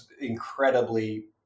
incredibly